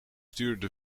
stuurde